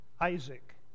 Isaac